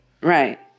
Right